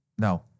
No